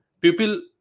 people